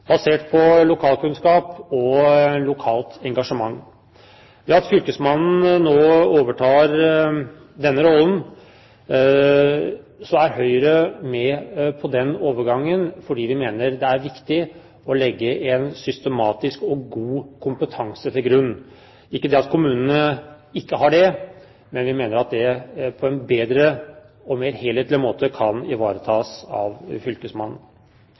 basert på lokalkunnskap og lokalt engasjement. Fylkesmannen overtar nå denne rollen, og Høyre er med på den overgangen fordi vi mener det er viktig å legge en systematisk og god kompetanse til grunn – ikke det at kommunene ikke har det, men vi mener at det på en bedre og mer helhetlig måte kan ivaretas av fylkesmannen.